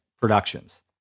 productions